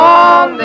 on